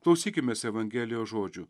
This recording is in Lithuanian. klausykimės evangelijos žodžių